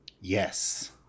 Yes